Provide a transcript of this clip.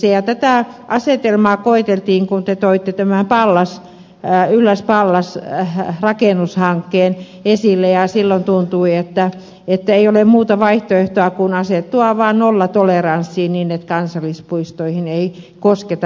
ja tätä asetelmaa koeteltiin kun te toitte tämän ylläspallas rakennushankkeen esille ja silloin tuntui että ei ole muuta vaihtoehtoa kuin asettua vaan nollatoleranssiin niin että kansallispuistoihin ei kosketa